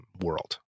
world